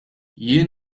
jien